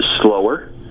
slower